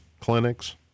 clinics